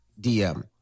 DM